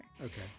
okay